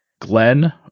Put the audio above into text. Glenn